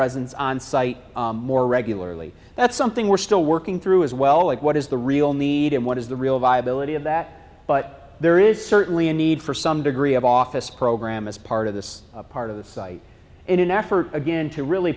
residence on site more regularly that's something we're still working through as well like what is the real need and what is the real viability of that but there is certainly a need for some degree of office program as part of this part of the site in an effort again to really